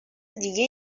دیگه